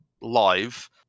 live